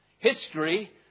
History